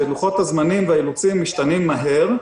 לוחות הזמנים והאילוצים משתנים מהר.